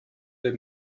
der